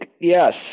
yes